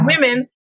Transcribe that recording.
women